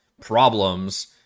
problems